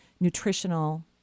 nutritional